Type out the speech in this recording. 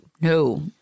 no